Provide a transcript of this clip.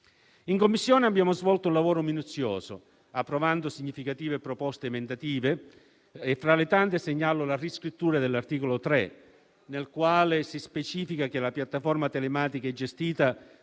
In Commissione abbiamo svolto un lavoro minuzioso, approvando significative proposte emendative, tra le quali segnalo la riscrittura dell'articolo 3, nel quale si specifica che la piattaforma telematica è gestita